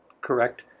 correct